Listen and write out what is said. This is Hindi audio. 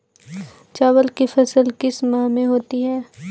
चावल की फसल किस माह में होती है?